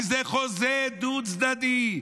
כי זה חוזה דו-צדדי.